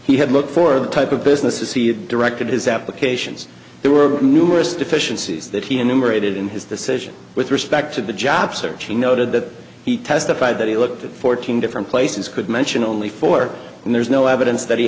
he had looked for the type of business to see it directed his applications there were numerous deficiencies that he a numerated in his decision with respect to the job search a noted that he testified that he looked at fourteen different places could mention only four and there's no evidence that he